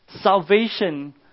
Salvation